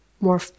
more